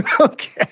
Okay